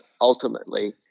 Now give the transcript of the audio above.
ultimately